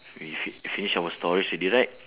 we fin~ we finish our stories already right